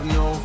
no